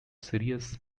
serious